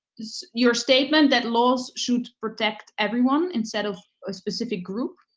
your statement that laws should protect everyone instead of a specific group.